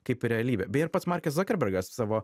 kaip ir realybė beje ir pats markes zakerbergas savo